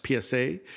PSA